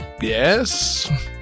Yes